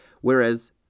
Whereas